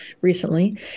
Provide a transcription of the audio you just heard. recently